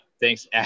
thanks